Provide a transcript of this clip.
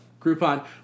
Groupon